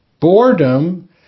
boredom